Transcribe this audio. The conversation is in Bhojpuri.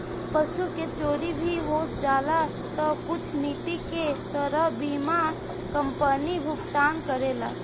पशु के चोरी भी हो जाला तऽ कुछ निति के तहत बीमा कंपनी भुगतान करेला